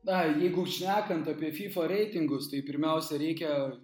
ai jeigu šnekant apie fifa reitingus tai pirmiausia reikia